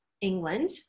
England